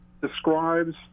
Describes